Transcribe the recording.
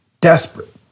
desperate